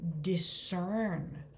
discern